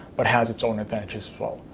but has its own advantages as well,